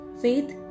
Faith